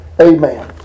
Amen